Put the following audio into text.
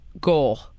goal